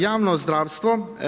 Javno zdravstvo.